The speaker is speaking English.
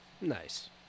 Nice